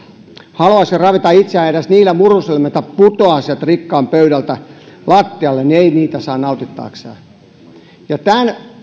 haluaisi ravita itseään edes niillä murusilla mitä putoaa sieltä rikkaan pöydältä lattialle mutta ei niitä saa nautittavakseen tämän